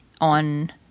on